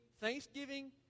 Thanksgiving